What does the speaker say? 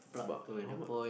but how much